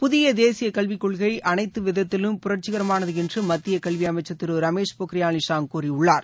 புதிய தேசியக் கல்விக்கொள்கை அனைத்து விதத்திலும் புரட்சிகரமானது என்று மத்திய கல்வியமைச்சர் திரு ரமேஷ் பொக்ரியால் நிஷாங்க் கூறியுள்ளார்